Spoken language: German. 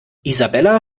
isabella